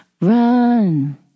Run